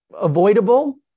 avoidable